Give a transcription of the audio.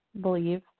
believe